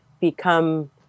become